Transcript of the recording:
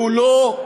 והוא לא,